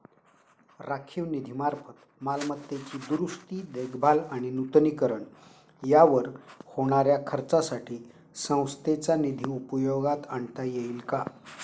राखीव निधीमार्फत मालमत्तेची दुरुस्ती, देखभाल आणि नूतनीकरण यावर होणाऱ्या खर्चासाठी संस्थेचा निधी उपयोगात आणता येईल का?